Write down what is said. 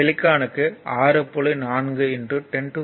சிலிக்கான்க்கு 6